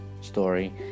story